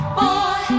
boy